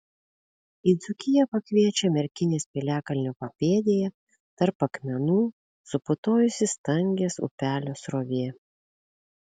į dzūkiją pakviečia merkinės piliakalnio papėdėje tarp akmenų suputojusi stangės upelio srovė